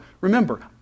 Remember